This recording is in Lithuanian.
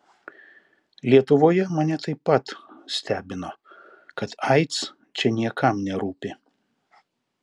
lietuvoje mane taip pat stebino kad aids čia niekam nerūpi